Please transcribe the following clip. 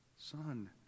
son